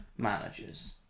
Managers